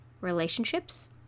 relationships